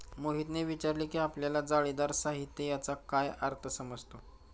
मोहितने विचारले की आपल्याला जाळीदार साहित्य याचा काय अर्थ समजतो?